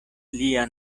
lia